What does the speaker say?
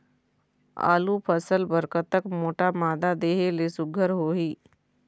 आलू फसल बर कतक मोटा मादा देहे ले सुघ्घर होही?